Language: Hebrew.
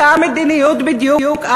אותה מדיניות בדיוק,